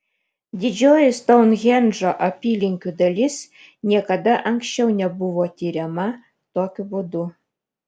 didžioji stounhendžo apylinkių dalis niekada anksčiau nebuvo tiriama tokiu būdu